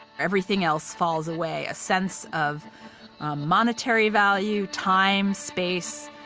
everything else falls away. a sense of monetary value, time, space,